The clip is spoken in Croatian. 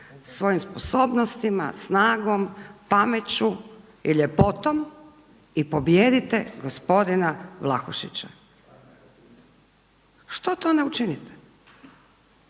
svojim sposobnostima, snagom, pameću i ljepotom i pobijedite gospodina Vlahušića. Što to ne učinite?